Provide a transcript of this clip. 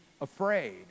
afraid